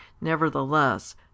nevertheless